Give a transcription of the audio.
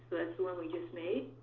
one we just made.